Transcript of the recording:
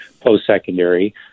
post-secondary